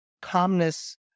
calmness